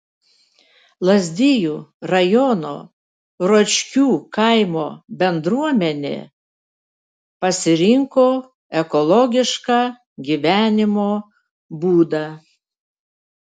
lazdijų rajono ročkių kaimo bendruomenė pasirinko ekologišką gyvenimo būdą